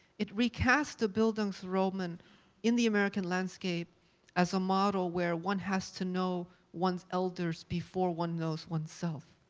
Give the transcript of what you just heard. it recast a bildungsroman in the american landscape as a model where one has to know one's elders before one knows oneself.